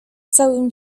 całym